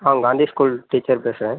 ஆ Gandhi school teacher பேசுகிறேன்